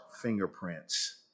fingerprints